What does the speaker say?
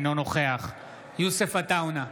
אינו נוכח יוסף עטאונה,